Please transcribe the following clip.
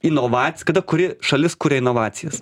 inovac kada kuri šalis kuria inovacijas